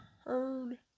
heard